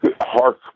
hark